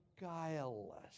guileless